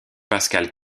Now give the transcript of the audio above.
pascale